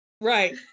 right